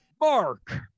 Mark